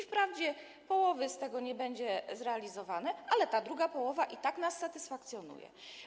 Wprawdzie połowa z tego nie byłaby realizowana, ale ta druga połowa i tak nas satysfakcjonuje.